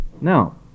Now